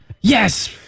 Yes